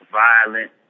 violent